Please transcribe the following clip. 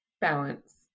Balance